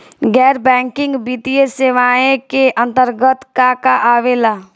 गैर बैंकिंग वित्तीय सेवाए के अन्तरगत का का आवेला?